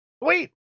Wait